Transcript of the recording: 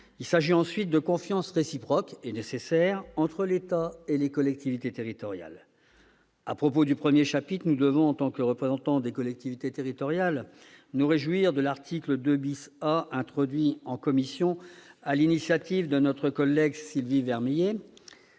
Il s'agit, ensuite, de la confiance réciproque- et nécessaire ! -entre l'État et les collectivités territoriales. À propos du chapitre I, nous devons, en tant que représentants des collectivités territoriales, nous réjouir de l'article 2 A, introduit lors des travaux de la commission, sur l'initiative de notre collègue Sylvie Vermeillet,